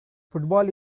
football